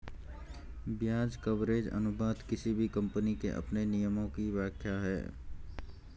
ब्याज कवरेज अनुपात किसी भी कम्पनी के अपने नियमों की व्याख्या है